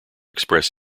express